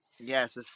yes